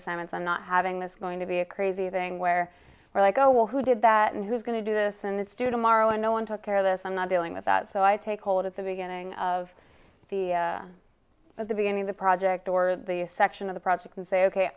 assignments and not having this going to be a crazy thing where we're like oh well who did that and who's going to do this and the student morrow and no one took care of this i'm not dealing with that so i take hold at the beginning of the at the beginning the project or the section of the you can say ok